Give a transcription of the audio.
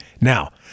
Now